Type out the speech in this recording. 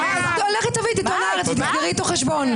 לכי תביאי את עיתון הארץ ותסגרי איתו חשבון.